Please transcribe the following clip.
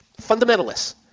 fundamentalists